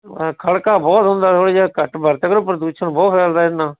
ਖੜਕਾ ਬਹੁਤ ਹੁੰਦਾ ਥੋੜਾ ਜਿਹਾ ਘੱਟ ਵਰਤਿਆ ਕਰੋ ਪ੍ਰਦੂਸ਼ਣ ਬਹੁਤ ਫ਼ੈਲ ਰਿਹਾ ਇਹਦੇ ਨਾਲ਼